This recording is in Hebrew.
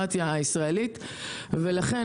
לכן,